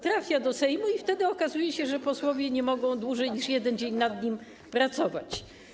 Trafia do Sejmu i okazuje się, że posłowie nie mogą dłużej niż jeden dzień nad nim pracować.